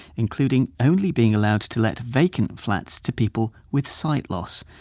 including only being allowed to let vacant flats to people with sight loss.